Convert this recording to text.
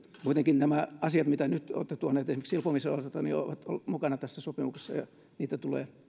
kuitenkin nämä asiat mitä nyt olette tuoneet esimerkiksi silpomisen osalta ovat mukana tässä sopimuksessa ja niitä tulee